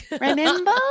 remember